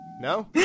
no